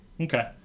Okay